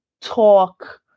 talk